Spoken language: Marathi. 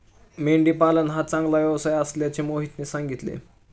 मेंढी पालन हा चांगला व्यवसाय असल्याचे मोहितने सांगितले